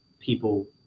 people